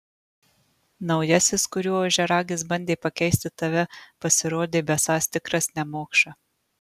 naujasis kuriuo ožiaragis bandė pakeisti tave pasirodė besąs tikras nemokša